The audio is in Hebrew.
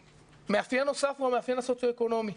המאפיין הנוסף הוא המאפיין הסוציו אקונומי.